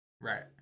right